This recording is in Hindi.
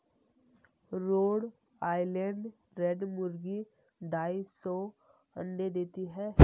रोड आइलैंड रेड मुर्गी ढाई सौ अंडे देती है